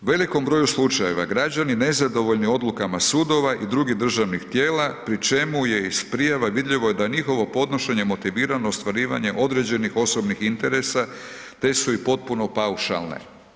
U velikom broju slučajeva građani nezadovoljni odlukama sudova i drugih državnih tijela pri čemu je iz prijava vidljivo da je njihovo podnošenje motivirano ostvarivanje određenih osobnih interesa te su i potpuno paušalne.